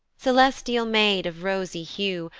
celestial maid of rosy hue,